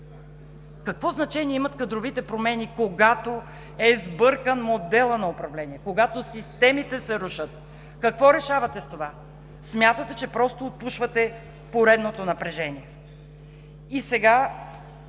Какво значение имат кадровите промени, когато е сбъркан моделът на управление, когато системите се рушат? Какво решавате с това? Смятате, че просто отпушвате поредното напрежение. И сега